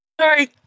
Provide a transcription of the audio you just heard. Sorry